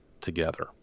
together